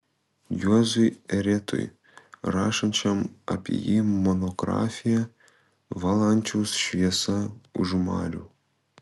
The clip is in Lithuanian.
juozui eretui rašančiam apie jį monografiją valančiaus šviesa už marių